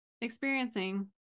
experiencing